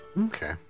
Okay